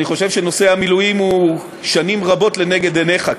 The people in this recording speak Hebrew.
אני חושב שנושא המילואים שנים רבות לנגד עיניך,